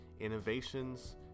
innovations